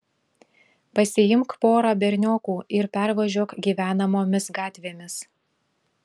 pasiimk porą berniokų ir pervažiuok gyvenamomis gatvėmis